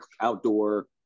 outdoor